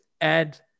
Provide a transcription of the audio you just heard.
And-